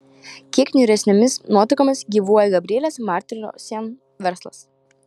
kiek niūresnėmis nuotaikomis gyvuoja gabrielės martirosian verslas